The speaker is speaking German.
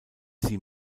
sie